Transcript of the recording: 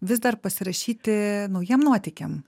vis dar pasirašyti naujiem nuotykiam